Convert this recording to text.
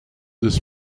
this